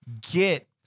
get